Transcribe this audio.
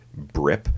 brip